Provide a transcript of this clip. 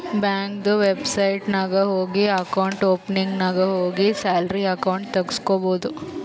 ಬ್ಯಾಂಕ್ದು ವೆಬ್ಸೈಟ್ ನಾಗ್ ಹೋಗಿ ಅಕೌಂಟ್ ಓಪನಿಂಗ್ ನಾಗ್ ಹೋಗಿ ಸ್ಯಾಲರಿ ಅಕೌಂಟ್ ತೆಗುಸ್ಕೊಬೋದು